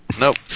Nope